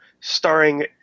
starring